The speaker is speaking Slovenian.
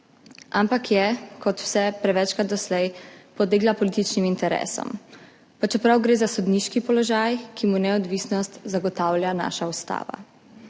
ampak je kot prevečkrat doslej podlegla političnim interesom, pa čeprav gre za sodniški položaj, ki mu neodvisnost zagotavlja naša ustava.